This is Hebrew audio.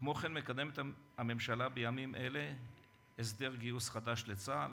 כמו כן מקדמת הממשלה בימים אלה הסדר גיוס חדש לצה"ל,